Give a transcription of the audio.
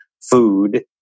food